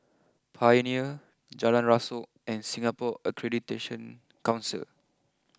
Pioneer Jalan Rasok and Singapore Accreditation Council